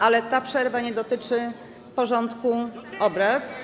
Ale ta przerwa nie dotyczy porządku obrad.